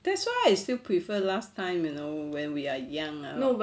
that's why I still prefer last time you know when we are young ah